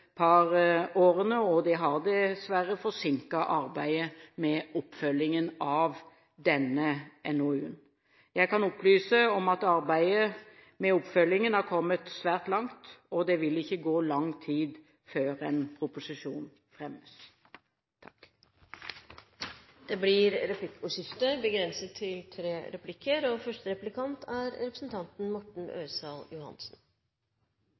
par årene, og det har dessverre forsinket arbeidet med oppfølgingen av denne NOU-en. Jeg kan opplyse om at arbeidet med oppfølgingen har kommet svært langt, og det vil ikke gå lang tid før en proposisjon fremmes. Det blir replikkordskifte. Som man har vært inne på flere ganger, og